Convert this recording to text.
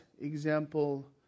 example